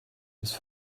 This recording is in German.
ist